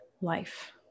life